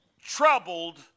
troubled